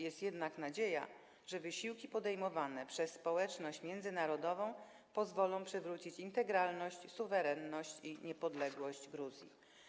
Jest jednak nadzieja, że wysiłki podejmowane przez społeczność międzynarodową pozwolą przywrócić integralność, suwerenność i niepodległość Gruzji.